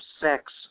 sex